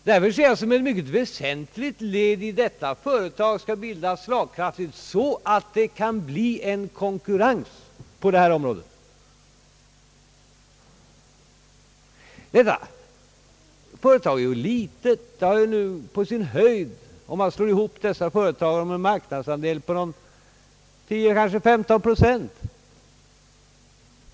Det känns därför som ett mycket väsentligt led att detta nya företag skall bli slagkraftigt så att det kan bli konkurrens på detta område. Det företag som det här gäller är litet. Om dessa två företag slås ihop, kommer företaget på sin höjd att få en marknadsandel på tio, kanske femton procent.